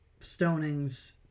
stonings